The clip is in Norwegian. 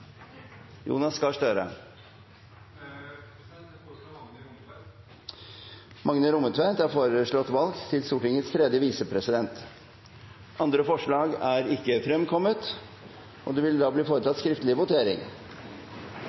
Magne Rommetveit . Magne Rommetveit er foreslått valgt til Stortingets tredje visepresident. – Andre forslag foreligger ikke. Det foretas skriftlig avstemning. Valget hadde dette resultatet: Det